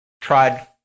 tried